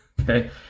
Okay